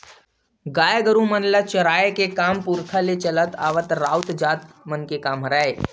गाय गरु मन ल चराए के काम पुरखा ले चले आवत राउत जात मन के काम हरय